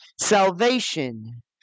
salvation